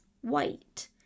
white